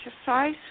exercise